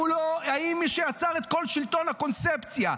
האם מי שיצר את כל שלטון הקונספציה,